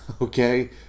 okay